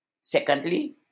Secondly